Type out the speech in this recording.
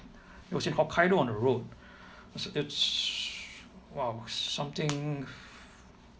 it was in hokkaido on the road it's !wow! something